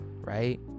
right